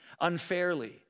unfairly